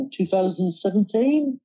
2017